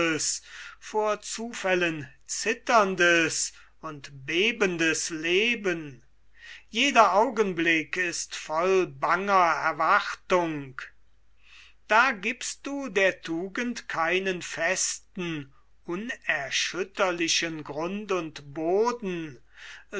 vor zufällen zitterndes und bebendes leben jeder augenblick ist voll banger erwartung da gibst du der tugend keinen festen unerschütterlichen grund und boden